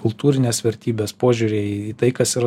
kultūrinės vertybės požiūriai į tai kas yra